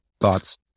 thoughts